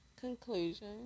conclusion